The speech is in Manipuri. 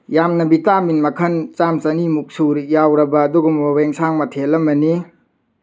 ꯌꯥꯝꯅ ꯚꯤꯇꯥꯃꯤꯟ ꯃꯈꯜ ꯆꯥꯝꯃ ꯆꯅꯤꯃꯨꯛ ꯁꯨꯅ ꯌꯥꯎꯔꯕ ꯑꯗꯨꯒꯨꯝꯂꯕ ꯑꯦꯟꯁꯥꯡ ꯃꯊꯦꯜ ꯑꯃꯅꯤ